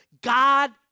God